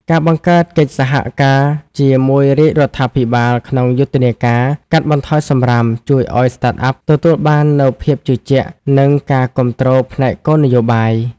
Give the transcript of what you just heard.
ការបង្កើតកិច្ចសហការជាមួយរាជរដ្ឋាភិបាលក្នុងយុទ្ធនាការកាត់បន្ថយសម្រាម ជួយឱ្យ Startup ទទួលបាននូវភាពជឿជាក់ និងការគាំទ្រផ្នែកគោលនយោបាយ។